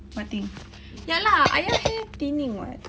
what thing ya lah ayah hair thinning [what]